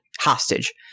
hostage